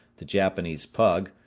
the japanese pug,